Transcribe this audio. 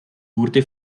wurde